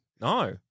No